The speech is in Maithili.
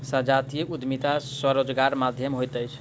संजातीय उद्यमिता स्वरोजगारक माध्यम होइत अछि